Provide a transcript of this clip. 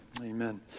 amen